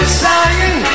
sign